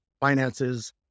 finances